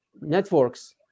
networks